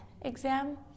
exam